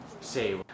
say